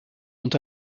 ont